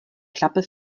klappe